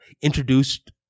introduced